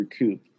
recoup